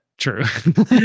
true